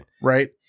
Right